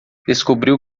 descobriu